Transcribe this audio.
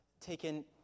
taken